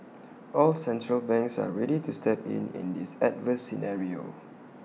all central banks are ready to step in in this adverse scenario